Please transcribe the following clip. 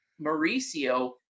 Mauricio